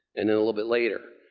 and a little bit later,